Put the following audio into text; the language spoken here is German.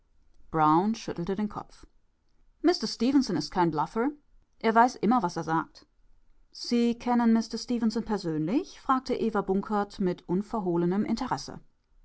schüttelte den kopf mister stefenson ist kein bluffer er weiß immer was er sagt sie kennen mister stefenson persönlich fragte eva bunkert mit unverhohlenem interesse